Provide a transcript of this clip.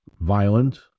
violent